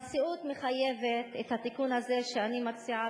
המציאות מחייבת את התיקון הזה שאני מציעה,